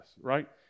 right